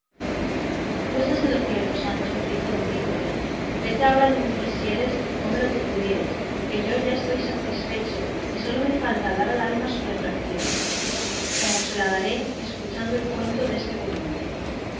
tú estás en lo cierto sancho dijo don quijote vete adonde quisieres y come lo que pudieres que yo ya estoy satisfecho y sólo me falta dar al alma su refacción como se la daré escuchando el cuento deste buen hombre